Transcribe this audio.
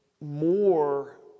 more